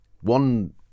One